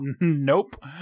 Nope